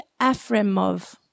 Afremov